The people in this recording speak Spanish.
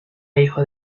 hijo